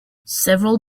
several